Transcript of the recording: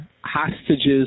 hostages